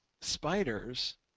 spiders